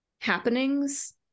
happenings